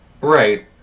Right